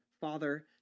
father